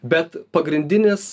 bet pagrindinis